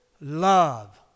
Love